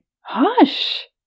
Hush